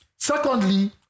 Secondly